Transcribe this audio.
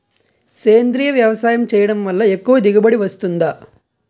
సేంద్రీయ వ్యవసాయం చేయడం వల్ల ఎక్కువ దిగుబడి వస్తుందా?